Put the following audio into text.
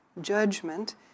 judgment